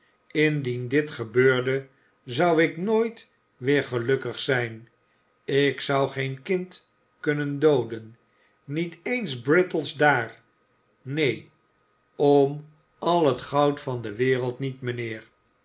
indien dit gebeurde zou ik nooit weer gelukkig zijn ik zou geen kind kunnen dooden niet eens brittles daar neen om al het goud van de wereld niet mijnheer